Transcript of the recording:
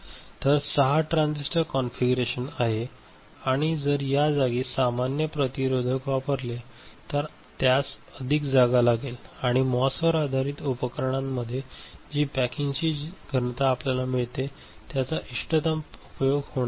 तर 6 transistor configuration आहे आणि जर या जागी सामान्य प्रतिरोधक वापरले तर त्यास अधिक जागा लागेल आणि या मॉस वर आधारित उपकरणा मध्ये जी पॅकिंग घनता आपल्याला मिळते त्याचा इष्टतम उपयोग होणार नाही